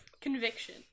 conviction